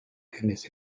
tennis